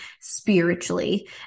spiritually